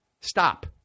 stop